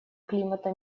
климата